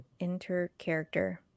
intercharacter